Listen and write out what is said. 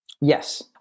Yes